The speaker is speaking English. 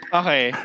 okay